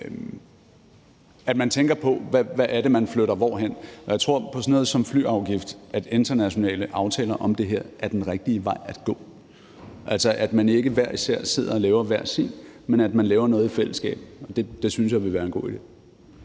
at man tænker på, hvad det er, man flytter hvorhen, og jeg tror på, at med sådan noget som flyafgift er internationale aftaler den rigtige vej at gå, så man ikke sidder og laver hver sin, men laver noget i fællesskab. Det synes jeg ville være en god idé.